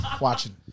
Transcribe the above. Watching